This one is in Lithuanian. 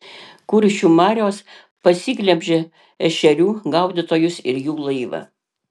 kuršių marios pasiglemžė ešerių gaudytojus ir jų laivą